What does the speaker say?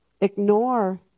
ignore